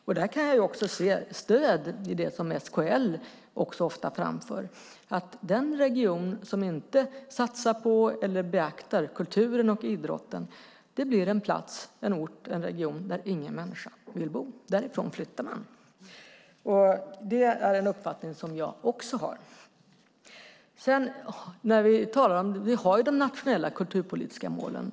Jag kan också se stöd i det som SKL ofta framför, nämligen att den region som inte satsar på eller beaktar kulturen och idrotten blir en plats, en ort och en region där ingen människa vill bo. Därifrån flyttar man. Det är en uppfattning som jag också har. Vi har de nationella kulturpolitiska målen.